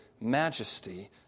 majesty